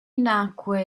nacque